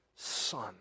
Son